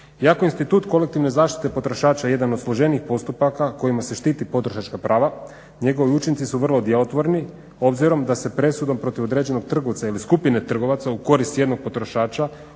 Iako institut kolektivne zaštite potrošača jedan od složenijih postupaka kojima se štiti potrošačka prava njegovi učinci su vrlo djelotvorni, obzirom da se presudom protiv određenog trgovca ili skupine trgovaca u korist jednog potrošača